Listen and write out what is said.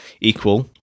Equal